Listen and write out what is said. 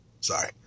Sorry